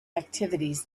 activities